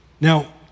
Now